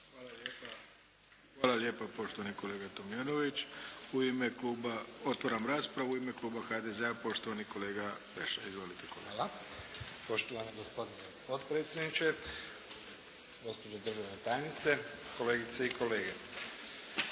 Hvala lijepa poštovani kolega Tomljanović. U ime kluba otvaram raspravu. U ime kluba HDZ-a poštovani kolega Pleša. Izvolite kolega. **Pleša, Velimir (HDZ)** Hvala. Poštovani gospodine potpredsjendiče, gospođo državna tajnice, kolegice i kolege.